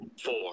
four